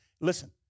listen